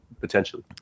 potentially